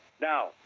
Now